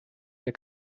der